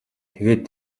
тэгээд